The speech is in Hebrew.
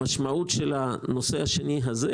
המשמעות של הנושא השני הזה,